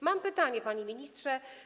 Mam pytanie, panie ministrze.